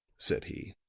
said he.